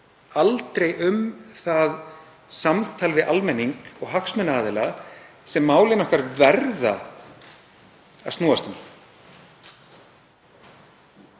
aldrei um það samtal við almenning og hagsmunaaðila sem málin okkar verða að snúast um.